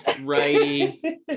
righty